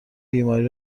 بیماری